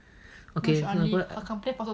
okay